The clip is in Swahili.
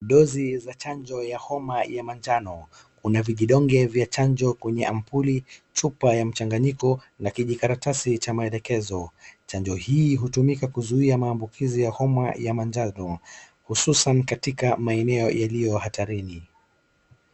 Dozi za chanjo ya homa ya manjano. Kuna vijidonge vya chanjo kwenye ampuli, chupa ya mchanganyiko na kijikaratasi cha maelekezo. Chanjo hii hutumika kuzuia maambukizi ya homa ya manjano hususan katika maeneo yaliyo hatarini.